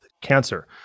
cancer